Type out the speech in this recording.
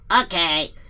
Okay